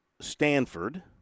Stanford